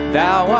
Thou